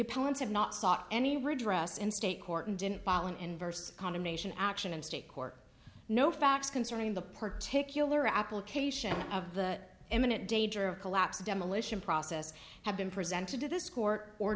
opponents have not sought any redress in state court and didn't bollen inversed condemnation action in state court no facts concerning the particular application of the imminent danger of collapse demolition process have been presented to this court or